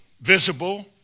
visible